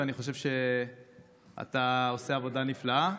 ואני חושב שאתה עושה עבודה נפלאה.